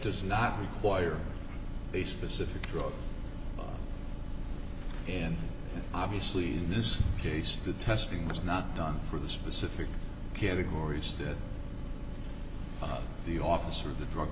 does not require a specific drug and obviously in this case the testing was not done for the specific categories that the officer of